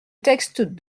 texte